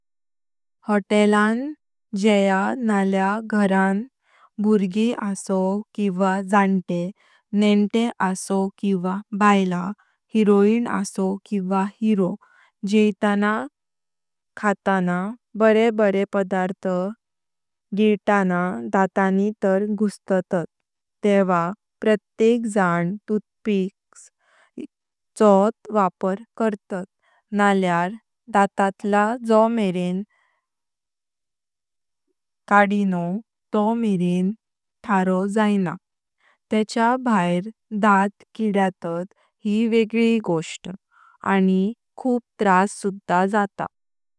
होटेलन जेंया नळ्या घरान, भुरगी असव किवा जनता, नेन्ते असव किवा बैला, हिरोइन असव किवा हिरो जेईताना खाना बरे बरे पदार्थ गियताना दांतानी तऱ गुसतात तेवा प्रत्येक जण टुथपिक्स छोत वापर करतात नळ्यार दाततल जो मिरें जादीनोव तोह मिरें ठारो जाएना। तेंच्या भैर दांत किडतात यी वेगळी गोष्ट आनी खूप त्रास सुधा जात।